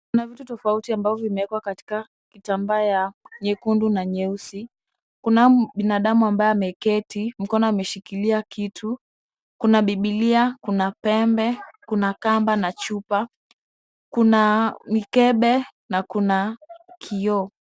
Kuna vitu tofauti ambavyo vimewekwa kwa kitambaa chekundu na cheusi. Kuna binadamu ambaye ameketi mkononi ameshikilia kitu. Kuna bibilia na pembe, kuna kamba na chupa, kuna mikebe na kuna kioo.